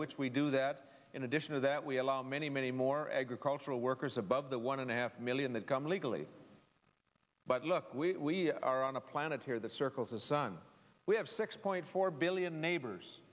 which we do that in addition to that we allow many many more agricultural workers above the one and a half million that come illegally but look we are on a planet here that circles the sun we have six point four billion neighbors